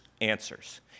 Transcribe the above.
answers